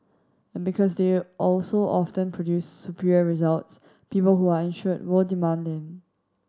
and because they also often produce superior results people who are insured were demand them